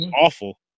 awful